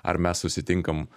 ar mes susitinkam